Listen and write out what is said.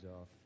off